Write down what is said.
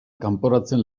kanporatzen